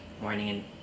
morning